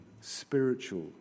spiritual